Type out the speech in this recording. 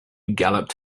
galloped